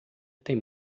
tem